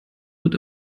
wird